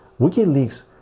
WikiLeaks